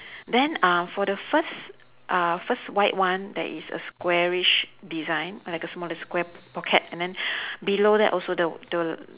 then uh for the first uh first white one there is a squarish design like a smaller square pocket and then below that also the the